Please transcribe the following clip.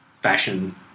fashion